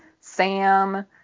Sam